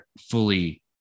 fully